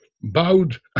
bowed